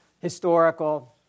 historical